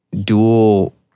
dual